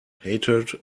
hatred